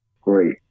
great